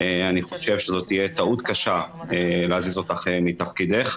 אני חושב שזאת תהיה טעות קשה להזיז אותך מתפקידך.